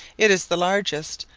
it is the largest,